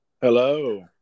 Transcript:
hello